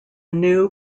new